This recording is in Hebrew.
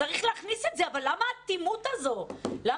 צריך להכניס את זה אבל למה האטימות הזאת כל